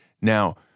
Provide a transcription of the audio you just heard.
Now